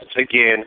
Again